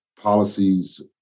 policies